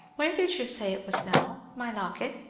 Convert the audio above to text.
where did you say it was now my locket?